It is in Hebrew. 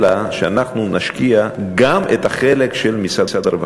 אלא שאנחנו נשקיע גם את החלק של משרד הרווחה,